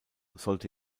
sollte